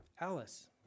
Alice